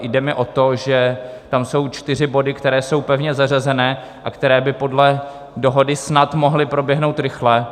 Jde mi o to, že tam jsou čtyři body, které jsou pevně zařazené a které by podle dohody snad mohly proběhnout rychle.